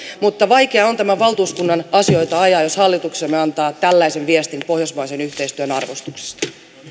mutta vaikea on tämän valtuuskunnan asioita ajaa jos hallituksemme antaa tällaisen viestin pohjoismaisen yhteistyön arvostuksesta